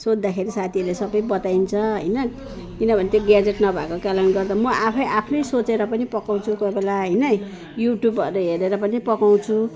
सोध्दाखेरि साथीहरूले सबै बताइदिन्छ हैन किनभने त्यो ग्याजेट नभएको कारणले गर्दा म आफैँ आफ्नै सोचेर पनि पकाउँछु कोहीबेला हैन युट्युबहरू हेरेर पनि पकाउँछु